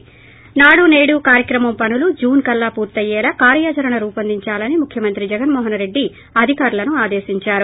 ి నాడు నేడు కార్యక్రమం పనులు జూన్ కల్లా పూర్తయ్యేలా కార్యాచరణ రూపొందించాలని ముఖ్యమంత్రి జగన్మో హస్ రెడ్డి అధికారులను ఆదేశించారు